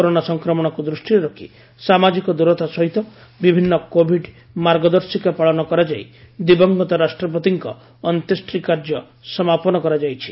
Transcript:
corona ସଂକ୍ରମଣକୁ ଦୃଷିରେ ରଖି ସାମାଜିକ ଦୂରତା ସହିତ ବିଭିନ୍ କୋଭିଡ୍ ମାର୍ଗଦର୍ଶିକା ପାଳନ କରାଯାଇ ଦିବଂଗତ ରାଷ୍ଟ୍ରପତିଙ୍କ ଅନ୍ତ୍ୟେଷ୍ଟି କାର୍ଯ୍ୟ ସମାପନ କରାଯାଇଛି